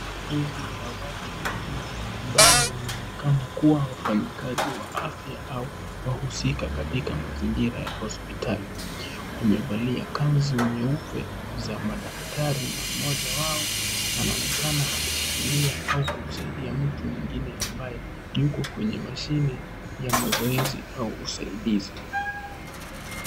Kundi la watu wanne ambao wanaonekana kuwa wafanyakazi wa afya au wahusika katika mazingira ya hospitali. Wamevalia kanzu nyeupe za madaktari na mmoja wao anaonekana akishikililia au kumsaidia Mtu mwingine ambaye yuko kwenye mashini ya mazoezi au usaidizi.